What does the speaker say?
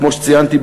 כמו שציינתי,